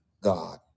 God